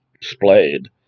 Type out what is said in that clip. displayed